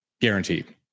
Guaranteed